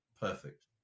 Perfect